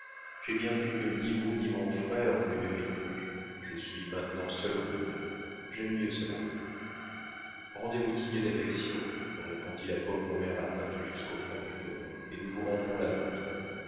j'ai bien vu que ni vous ni mon frère vous ne m'aimez plus je suis maintenant seul au monde j'aime mieux cela rendez-vous digne d'affection répondit la pauvre mère atteinte jusqu'au fond du cœur et nous vous rendrons la nôtre